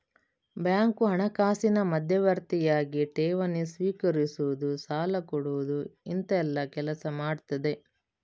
bank ಹಣಕಾಸಿನ ಮಧ್ಯವರ್ತಿಯಾಗಿ ಠೇವಣಿ ಸ್ವೀಕರಿಸುದು, ಸಾಲ ಕೊಡುದು ಇಂತೆಲ್ಲ ಕೆಲಸ ಮಾಡ್ತದೆ